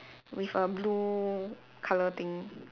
with a blue colour thing